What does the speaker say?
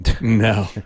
no